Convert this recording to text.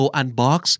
unbox